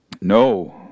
No